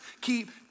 keep